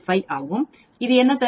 5 ஆகும் இது என்ன தருகிறது